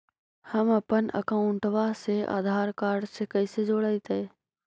हमपन अकाउँटवा से आधार कार्ड से कइसे जोडैतै?